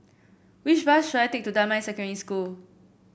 which bus should I take to Damai Secondary School